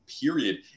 period